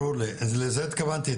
לזה התכוונתי,